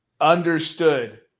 Understood